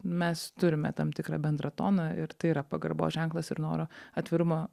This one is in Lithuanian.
mes turime tam tikrą bendrą toną ir tai yra pagarbos ženklas ir noro atvirumo